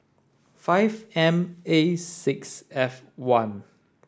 five M A six F one